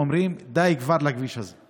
אומרים: די כבר לכביש הזה.